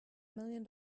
million